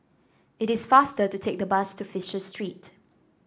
it is faster to take the bus to Fisher Street